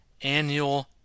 annual